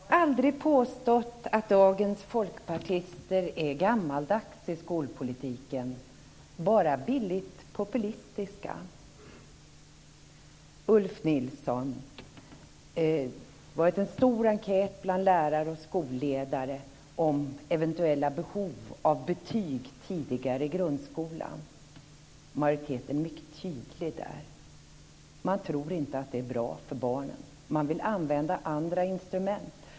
Fru talman! Jag har aldrig påstått att dagens folkpartister är gammaldags i skolpolitiken, bara billigt populistiska. Det har varit, Ulf Nilsson, en stor enkät bland lärare och skolledare om eventuella behov av betyg tidigare i grundskolan. Majoriteten är mycket tydlig där. Man tror inte att det är bra för barnen. Man vill använda andra instrument.